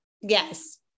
Yes